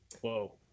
Whoa